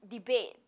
debate